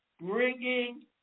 bringing